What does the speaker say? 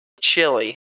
chili